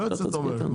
היועצת אומרת.